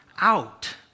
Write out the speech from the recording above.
out